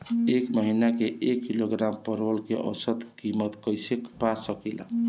एक महिना के एक किलोग्राम परवल के औसत किमत कइसे पा सकिला?